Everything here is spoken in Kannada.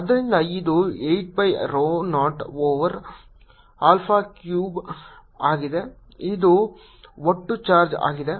ಆದ್ದರಿಂದ ಇದು 8 pi rho 0 over alpha cube ಆಗಿದೆ ಇದು ಒಟ್ಟು ಚಾರ್ಜ್ ಆಗಿದೆ